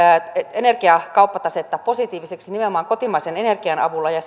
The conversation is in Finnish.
energiakauppatasetta positiiviseksi nimenomaan kotimaisen energian avulla ja